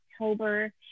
October